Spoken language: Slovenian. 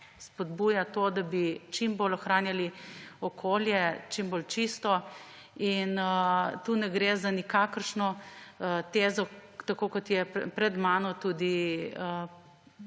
spodbuja to, da bi čim bolj ohranjali okolje čim bolj čisto. In tukaj ne gre za nikakršno tezo, tako kot je pred menoj tudi